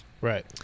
Right